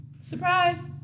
Surprise